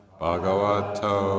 Bhagavato